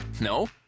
No